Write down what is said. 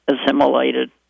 assimilated